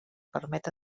permet